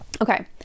Okay